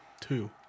Two